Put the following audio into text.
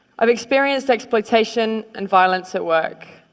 i've experienced exploitation and violence at work.